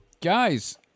guys